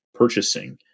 purchasing